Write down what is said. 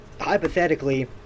hypothetically